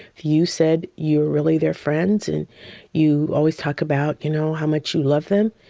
you said you were really their friends. and you always talk about, you know, how much you loved them.